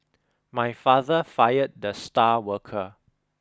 my father fired the star worker